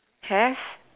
have